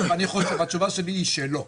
התשובה שלי שלא.